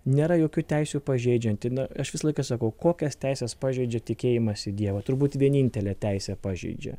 nėra jokių teisių pažeidžianti na aš visą laiką sakau kokias teises pažeidžia tikėjimas į dievą turbūt vienintelę teisę pažeidžia